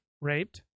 raped